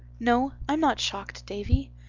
no, i'm not shocked, davy.